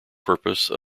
purpose